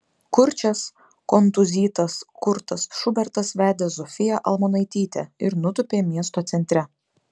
kurčias kontūzytas kurtas šubertas vedė zofiją almonaitytę ir nutūpė miesto centre